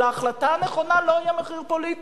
להחלטה הנכונה לא יהיה מחיר פוליטי,